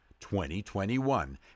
2021